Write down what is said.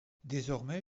désormais